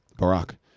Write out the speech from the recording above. Barack